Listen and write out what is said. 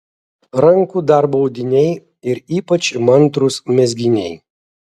rankų darbo audiniai ir ypač įmantrūs mezginiai